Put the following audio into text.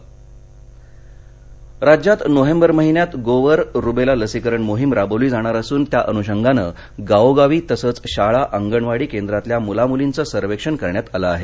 लसीकरण राज्यात नोव्हेंबर महिन्यात गोवर रुबेला लसीकरण मोहिम राबविली जाणार असून त्या अनुषंगान गावोगावी तसेच शाळा अंगणवाडी केंद्रांतल्या मुला मुलींचं सर्वेक्षण करण्यात आलं आहे